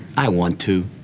i want to,